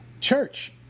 church